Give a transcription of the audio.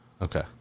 Okay